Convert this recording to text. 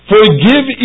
Forgive